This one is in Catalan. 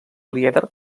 lieder